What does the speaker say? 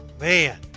man